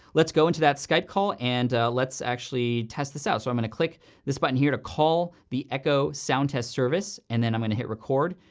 let's go into that skype call, and let's actually test this out. so i'm gonna click this button here to call the echo sound test service, and then i'm gonna hit record,